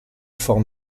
forme